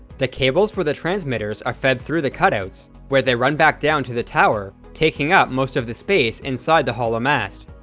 the cables for the transmitters are fed through the cutouts, where they run back down to the tower, taking up most of the space inside the hollow mast.